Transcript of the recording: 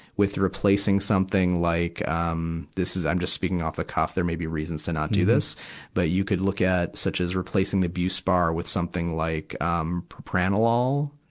with replacing something like, um this is, i'm just speaking off the cuff there may be reasons to not do this but you could look at, such as replacing the buspar with something like, um, pranolol,